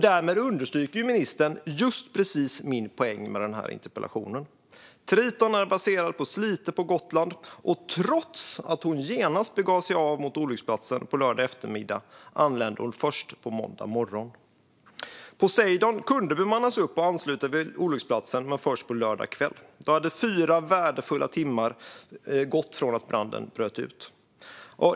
Därmed understryker ministern just precis min poäng med den här interpellationen. Triton är placerad i Slite på Gotland, och trots att hon genast begav sig av mot olycksplatsen på lördag eftermiddag anlände hon först på måndag morgon. Poseidon kunde bemannas upp och ansluta vid olycksplatsen, men först på lördag kväll. Då hade fyra värdefulla timmar gått sedan branden bröt ut.